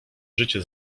życie